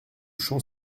champ